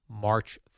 March